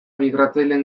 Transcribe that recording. migratzaileen